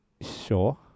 Sure